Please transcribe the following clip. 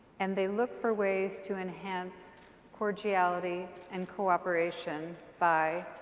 and they look for ways to enhance cordiality and cooperation, by,